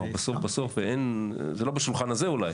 כלומר, בסוף סוף, זה לא בשולחן הזה אולי,